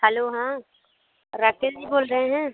hello हाँ राकेश जी बोल रहे हैं